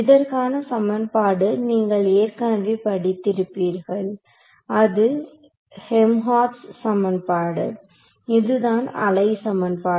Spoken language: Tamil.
இதற்கான சமன்பாடு நீங்கள் ஏற்கனவே படித்திருப்பீர்கள் அது ஹெல்ம்ஹால்ட்ஸ் சமன்பாடு இதுதான் அலை சமன்பாடு